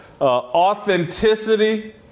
authenticity